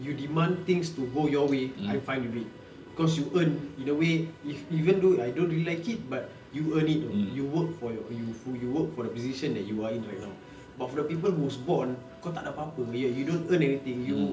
you demand things to go your way I'm fine with it cause you earn either way if even though I don't really like it but you earn it what you work for your you you work for the position that you are in right now but for the people who's born kau tak ada apa-apa ya you don't earn anything you